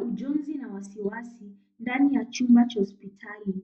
Majonzi na wasiwasi ndani ya chumba cha hospitali.